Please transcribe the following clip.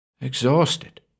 Exhausted